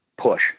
push